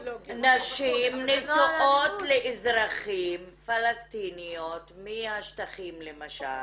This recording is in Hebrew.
נשים נשואות לאזרחים פלשתיניות מהשטחים למשל